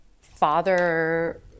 father